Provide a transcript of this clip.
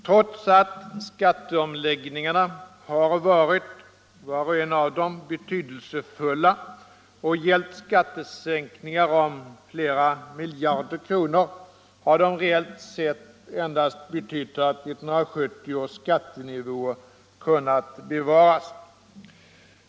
Trots att skatteomläggningarna, var och en av dem, har varit betydelsefulla och gällt skattesänkningar om flera miljarder kronor, har de reellt sett endast betytt att 1970 års skattenivå kunnat bevaras.